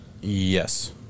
Yes